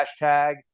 hashtag